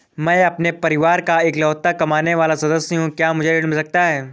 मैं अपने परिवार का इकलौता कमाने वाला सदस्य हूँ क्या मुझे ऋण मिल सकता है?